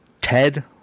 Ted